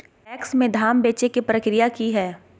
PACS में धाम बेचे के प्रक्रिया की हय?